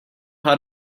how